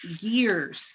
years